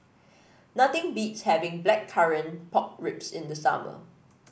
nothing beats having Blackcurrant Pork Ribs in the summer